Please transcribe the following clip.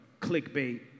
clickbait